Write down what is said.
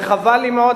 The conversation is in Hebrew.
וחבל לי מאוד,